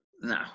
no